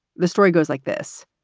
the story goes like this